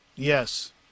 Yes